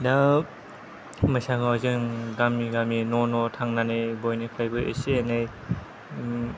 दा बैसागुआव जों गामि गामि न'न' थांनानै बयनिफ्रायबो एसे एनै